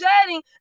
shedding